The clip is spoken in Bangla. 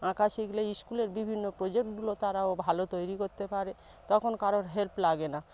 আঁকা শিখলে স্কুলের বিভিন্ন প্রজেক্টগুলো তারাও ভালো তৈরি করতে পারে তখন কারোর হেল্প লাগে না